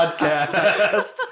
podcast